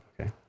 Okay